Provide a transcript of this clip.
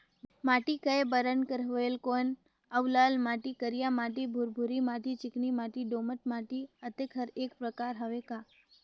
माटी कये बरन के होयल कौन अउ लाल माटी, करिया माटी, भुरभुरी माटी, चिकनी माटी, दोमट माटी, अतेक हर एकर प्रकार हवे का?